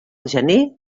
gener